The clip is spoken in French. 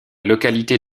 localité